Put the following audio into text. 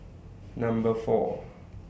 Number four